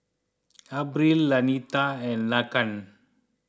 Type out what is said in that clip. Abril Lanita and Laken